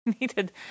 needed